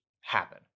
happen